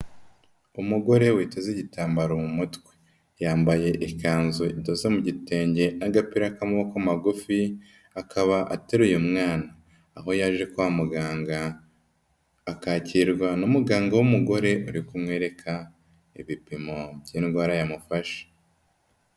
Umugore witeze igitambaro mu mutwe, yambaye ikanzu idoze mu gitenge n'agapira k'amaboko magufi akaba ateruye umwana, aho yaje kwa muganga akakirwa n'umuganga w'umugore uri kumwereka ibipimo by'indwara yamufashe.